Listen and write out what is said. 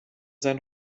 sein